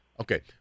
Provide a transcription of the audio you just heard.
Okay